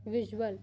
visual